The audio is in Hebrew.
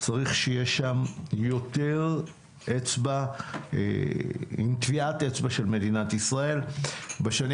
צריך שיהיה שם יותר טביעת אצבע של מדינת ישראל בשנים